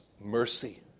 mercy